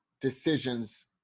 decisions